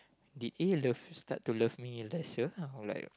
did A love start to love me lesser I'm like